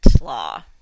law